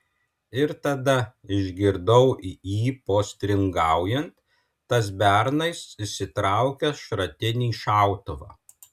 ir tada išgirdau jį postringaujant tas bernas išsitraukia šratinį šautuvą